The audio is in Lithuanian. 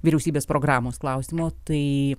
vyriausybės programos klausimo tai